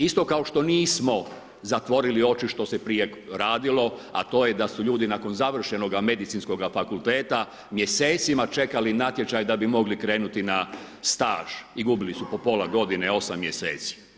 Isto kao što nismo zatvorili oči što se prije radilo, a to je da su ljudi nakon završenoga Medicinskoga fakulteta mjesecima čekali natječaj da bi mogli krenuti na staž i gubili su po pola godine, 8 mjeseci.